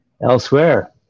Elsewhere